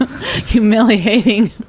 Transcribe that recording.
humiliating